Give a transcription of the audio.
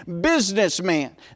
businessman